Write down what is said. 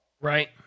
Right